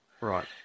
Right